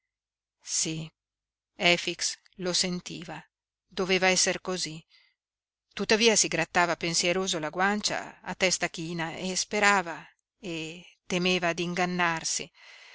padrone sí efix lo sentiva doveva esser cosí tuttavia si grattava pensieroso la guancia a testa china e sperava e temeva d'ingannarsi